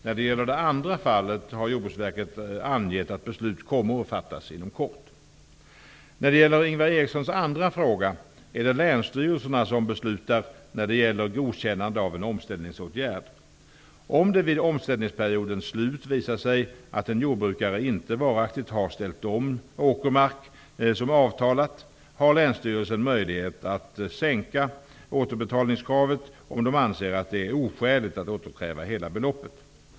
När det gäller det andra fallet har Jordbruksverket angett att beslut kommer att fattas inom kort. När det gäller Ingvar Erikssons andra fråga är det länsstyrelserna som beslutar när det gäller godkännande av en omställningsåtgärd. Om det vid omställningsperiodens slut visar sig att en jordbrukare inte varaktigt har ställt om åkermark såsom avtalat, har länsstyrelsen möjlighet att sänka återbetalningskravet om man anser att det är oskäligt att återkräva hela beloppet.